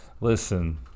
Listen